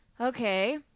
Okay